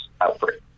outbreak